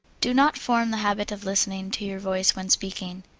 do not form the habit of listening to your voice when speaking.